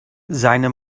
seine